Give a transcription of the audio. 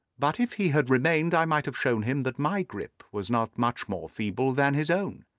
but if he had remained i might have shown him that my grip was not much more feeble than his own.